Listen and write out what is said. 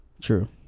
True